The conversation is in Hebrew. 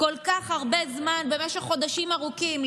כל כך הרבה זמן במשך חודשים ארוכים,